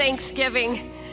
Thanksgiving